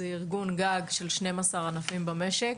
זה ארגון גג של 12 ענפים במשק,